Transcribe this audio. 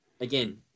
Again